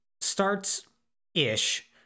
starts-ish